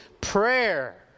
Prayer